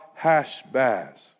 Hashbaz